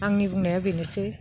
आंनि बुंनाया बेनोसै